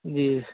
جی